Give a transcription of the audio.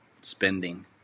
spending